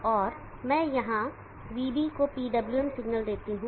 और मैं यहाँ Vb को PWM सिग्नल देता हूं